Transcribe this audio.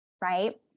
right